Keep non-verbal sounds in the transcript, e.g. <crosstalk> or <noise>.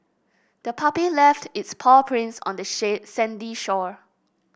the puppy left its paw prints on the <unintelligible> sandy shore